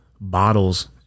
bottles